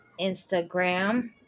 instagram